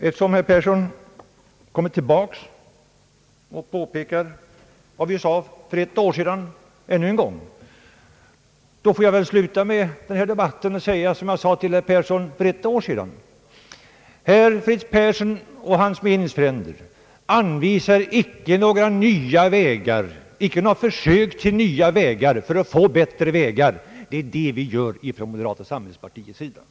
Eftersom herr Persson ännu en gång erinrat om vad vi sade för ett år sedan, får jag väl sluta denna debatt med att upprepa vad jag sade till herr Persson för ett år sedan. Herr Fritz Persson och hans meningsfränder anvisar icke några nya vägar till nya vägar, vilket däremot moderata samlingspartiet gör.